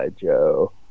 Joe